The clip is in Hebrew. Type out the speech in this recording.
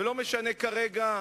ולא משנה כרגע,